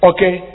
Okay